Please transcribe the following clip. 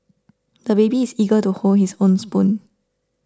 the baby is eager to hold his own spoon